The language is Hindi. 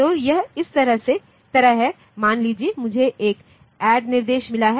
तो यह इस तरह है मान लीजिए मुझे एक ऐड निर्देश मिला है